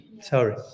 Sorry